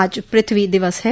आज पृथ्वी दिवस है